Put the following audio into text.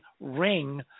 ring